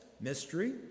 mystery